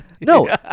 No